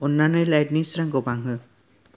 अननानै लाइटनि स्रांखौ बांहो